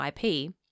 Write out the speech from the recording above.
IP